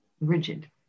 rigid